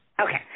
Okay